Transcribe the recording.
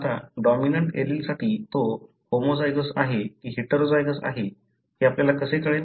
आता डॉमिनंट एलीलसाठी तो होमोझायगोस आहे की हेटेरोझायगस आहे हे आपल्याला कसे कळेल